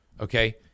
Okay